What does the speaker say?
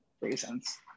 reasons